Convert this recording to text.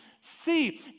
see